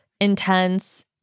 intense